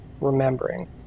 remembering